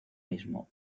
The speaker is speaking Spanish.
mismo